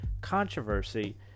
controversy